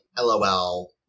lol